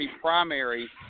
primary